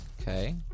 Okay